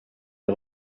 est